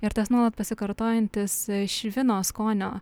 ir tas nuolat pasikartojantis švino skonio